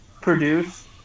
produce